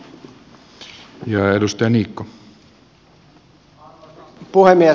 arvoisa puhemies